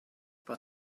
but